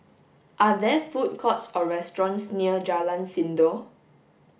are there food courts or restaurants near Jalan Sindor